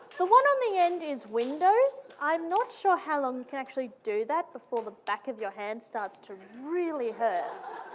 the one on the end is windows. i'm not sure how long you can actually do that before the back of your hand starts to really hurt.